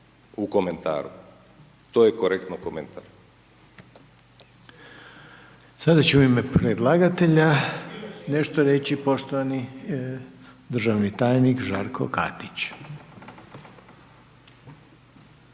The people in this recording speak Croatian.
komentar. **Reiner, Željko (HDZ)** Sada će u ime predlagatelja nešto reći poštovani državni tajnik Žarko Katić.